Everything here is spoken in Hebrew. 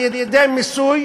למען הצדק,